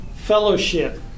Fellowship